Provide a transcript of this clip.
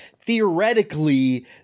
theoretically